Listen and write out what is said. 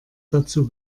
dazu